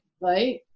right